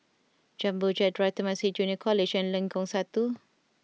Jumbo Jet Drive Temasek Junior College and Lengkong Satu